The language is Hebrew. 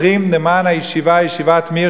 צריך גם לחייב אותנו באיזשהו חשבון נפש.